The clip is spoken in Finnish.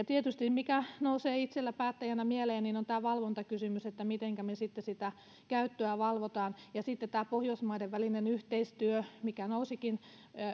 tietysti mikä nousee itsellä päättäjänä mieleen on tämä valvontakysymys että mitenkä me sitten sitä käyttöä valvomme ja sitten tämä pohjoismaiden välinen yhteistyö mikä nousikin